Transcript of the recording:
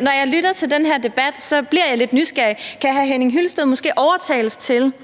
når jeg lytter til den her debat, så bliver jeg lidt nysgerrig. Kan hr. Henning Hyllested måske overtales til –